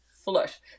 Flush